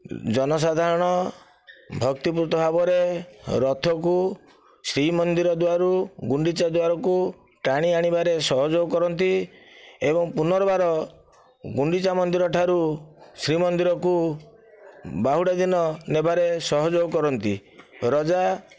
ଜନସାଧାରଣ ଭକ୍ତିପୂତ ଭାବରେ ରଥକୁ ଶ୍ରୀ ମନ୍ଦିର ଦୁଆରୁ ଗୁଣ୍ଡିଚା ଦୁଆରକୁ ଟାଣି ଆଣିବାରେ ସହଯୋଗ କରନ୍ତି ଏବଂ ପୁନର୍ବାର ଗୁଣ୍ଡିଚା ମନ୍ଦିର ଠାରୁ ଶ୍ରୀ ମନ୍ଦିରକୁ ବାହୁଡ଼ା ଦିନ ନେବାରେ ସାହାଯ୍ୟ କରନ୍ତି ରାଜା